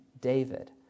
David